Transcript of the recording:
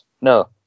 No